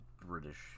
British